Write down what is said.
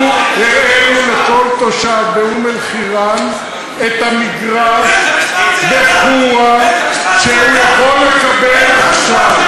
הראינו לכל תושב באום-אלחיראן את המגרש בחורה שהוא יכול לקבל עכשיו.